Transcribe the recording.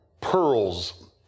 pearls